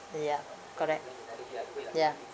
ya correct ya